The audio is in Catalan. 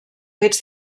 fets